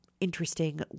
interesting